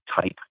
type